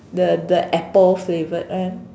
the the apple flavoured one